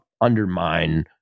undermine